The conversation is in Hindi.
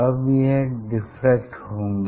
अब यह डिफ्रेक्ट होंगी